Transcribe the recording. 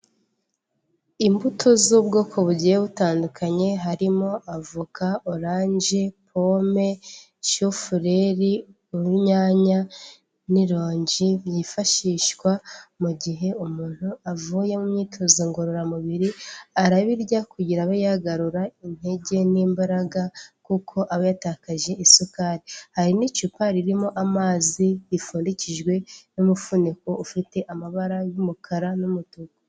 Imbuto z'ubwoko bugiye butandukanye harimo avoka, oranje, pome, shufureri, urunyanya n'ironji byifashishwa mu gihe umuntu avuye mu myitozo ngororamubiri, arabirya kugira abe yagarura intege n'imbaraga kuko aba yatakaje isukari. Hari n'icupa ririmo amazi rifundikijwe n'umufuniko ufite amabara y'umukara n'umutuku.